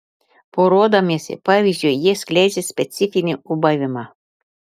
poruodamiesi pavyzdžiui jie skleidžia specifinį ūbavimą